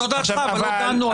זאת דעתך, אבל לא דנו עליה.